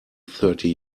thirty